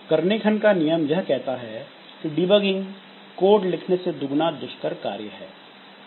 Kernighan का नियम Kernighan's law यह कहता है की डिबगिंग कोड लिखने से दुगना दुष्कर कार्य है